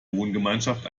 wohngemeinschaft